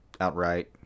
outright